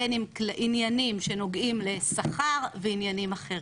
בין אם עניינים שנוגעים לשכר ועניינים אחרים.